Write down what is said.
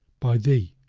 by thee,